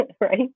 right